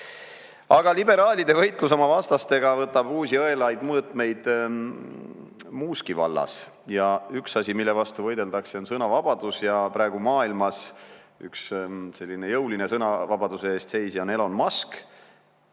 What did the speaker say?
Aga liberaalide võitlus oma vastastega võtab uusi õelaid mõõtmeid muuski vallas ja üks asi, mille vastu võideldakse, on sõnavabadus. Praegu on üks jõuline sõnavabaduse eest seisja maailmas Elon Musk,